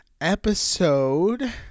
episode